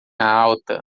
alta